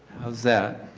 how is that?